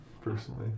personally